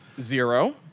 Zero